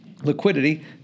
Liquidity